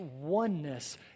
oneness